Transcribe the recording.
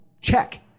Check